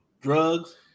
drugs